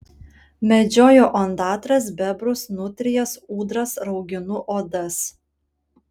medžioju ondatras bebrus nutrijas ūdras rauginu odas